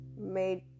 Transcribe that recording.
made